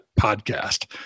Podcast